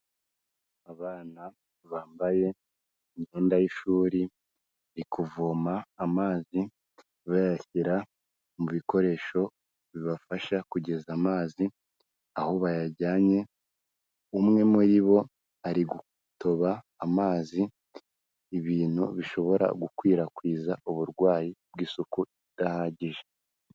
Abana bambaye imyenda y'ishuri, bari kuvoma amazi bayashyira mu bikoresho bibafasha kugeza amazi aho bayajyanye, umwe muri bo ari gutoba amazi, ibintu bishobora gukwirakwiza uburwayi bw'isuku idahagije.